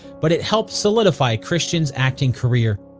but it helped solidify christian's acting career.